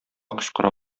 кычкыра